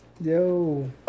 Yo